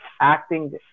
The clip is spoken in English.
acting